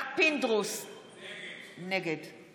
נגד